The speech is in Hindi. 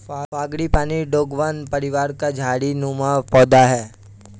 फ्रांगीपानी डोंगवन परिवार का झाड़ी नुमा पौधा है